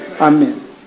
Amen